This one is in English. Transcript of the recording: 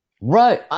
right